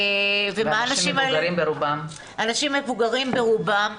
ומה האנשים האלה --- ואנשים מבוגרים ברובם.